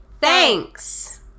Thanks